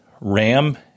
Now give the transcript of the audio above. Ram